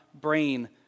brain